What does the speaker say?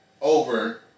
over